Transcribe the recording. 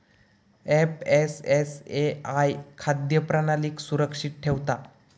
FSSAI खाद्य प्रणालीक सुरक्षित ठेवता